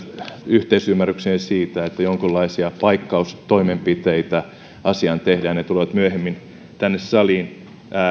yhteisymmärrykseen siitä että jonkinlaisia paikkaustoimenpiteitä asiaan tehdään ja ne tulevat myöhemmin tänne saliin